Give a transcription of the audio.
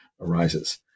arises